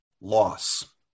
loss